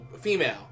female